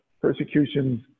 persecutions